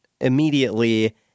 immediately